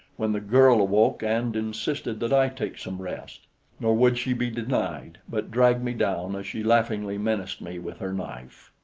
when the girl awoke and insisted that i take some rest nor would she be denied, but dragged me down as she laughingly menaced me with her knife.